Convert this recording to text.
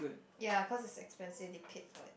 ya cause it's expensive they paid for it